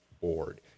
board